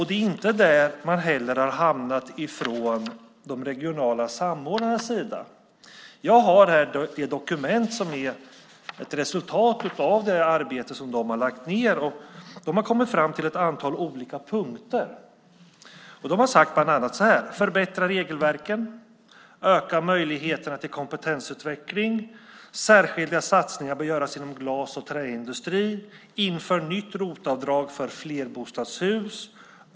Det är inte heller där man har hamnat från de regionala samordnarnas sida. Jag har här ett dokument som är ett resultat av det arbete som de har lagt ned. De har kommit fram till ett antal olika punkter. De har bland annat skrivit så här: Förbättra regelverken! Öka möjligheterna till kompetensutveckling! Särskilda satsningar bör göras inom glas och träindustri! Inför ett nytt ROT-avdrag för flerbostadshus!